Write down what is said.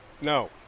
No